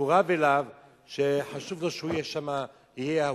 שמקורב אליו שחשוב לו שהוא יהיה שם הממונה.